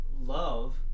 love